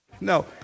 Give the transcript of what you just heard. No